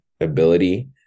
ability